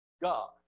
God